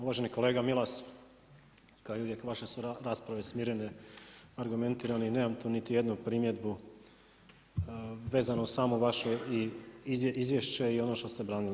Uvaženi kolega Milas, kao i uvijek, vaše su rasprave smirene, argumentirane i nemam tu niti jednu primjedbu vezano uz samo vaše izvješće i ono što ste branili.